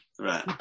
Right